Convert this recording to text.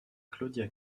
claudia